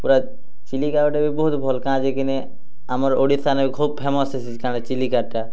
ପୁରା ଚିଲିକା ଗୁଟେ ବି ବହୁତ୍ ଭଲ୍ କାଏଁ ଯେ କିନି ଆମର୍ ଓଡ଼ିଶାନେ ଖୁବ୍ ଫେମସ୍ ହେଇଛେ ଚିଲିକାଟା